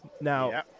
Now